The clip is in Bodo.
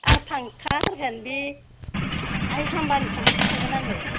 आं थांथारगोन बे आइ हामबानो थांथारगोन आङो